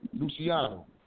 Luciano